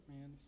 man